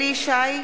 אליהו ישי,